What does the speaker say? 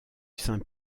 saint